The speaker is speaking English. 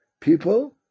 People